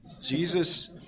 Jesus